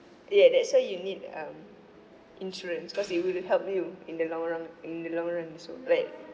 ya that's why you need um insurance cause they will help you in the long run in the long run so like